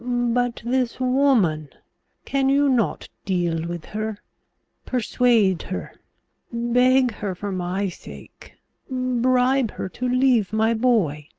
but this woman can you not deal with her persuade her beg her for my sake bribe her to leave my boy?